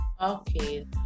Okay